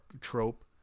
trope